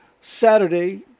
Saturday